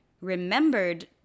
remembered